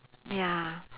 ya